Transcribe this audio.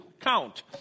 count